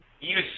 Use